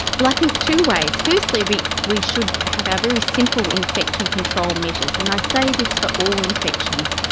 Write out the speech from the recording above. well, i think two ways, firstly we we should have our very simple infection control measures, and i say this for all infections.